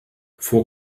vor